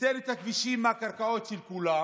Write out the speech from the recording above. ניתן את הכבישים מהקרקעות של כולם.